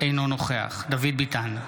אינו נוכח דוד ביטן,